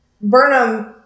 Burnham